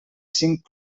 cinc